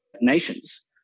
nations